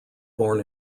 born